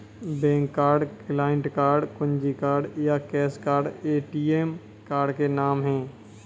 bank card, client card, कुंजी card या cash card ATM card के नाम है